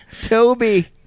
Toby